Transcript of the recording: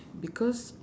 because